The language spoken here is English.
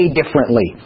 differently